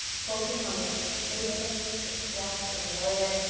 focus on the sensation, the stretch. enjoy it.